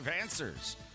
answers